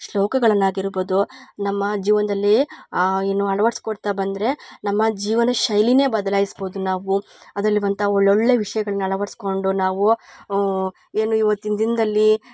ಶ್ಲೋಕಗಳನ್ನಾಗಿರ್ಬೋದು ನಮ್ಮ ಜೀವನದಲ್ಲಿ ಏನು ಅಳವಡ್ಸಕೊಡ್ತಾ ಬಂದರೆ ನಮ್ಮ ಜೀವನ ಶೈಲಿ ಬದ್ಲಾಯಿಸ್ಬೌದು ನಾವು ಅದ್ರಲಿರುವಂಥ ಒಳ್ಳೊಳ್ಳೇ ವಿಷಯಗಳನ ಅಳ್ವಡಿಸ್ಕೊಂಡು ನಾವೂ ಏನು ಇವತ್ತಿನ ದಿನದಲ್ಲಿ